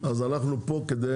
אז אנחנו פה כדי